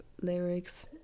lyrics